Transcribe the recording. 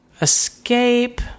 escape